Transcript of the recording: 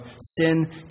sin